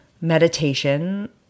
meditation